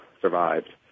survived